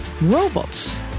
Robots